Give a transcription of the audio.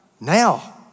Now